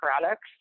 products